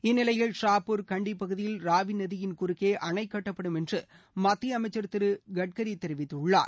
இந்நிலையில் ஷாப்பூர் கண்டி பகுதியில் ராவி நதியின் குறுக்கே அணை கட்டப்படும் என்று மத்திய அமைச்சர் திரு கட்கரி தெரிவித்துள்ளார்